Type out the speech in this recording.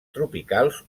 tropicals